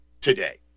today